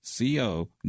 CO